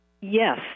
Yes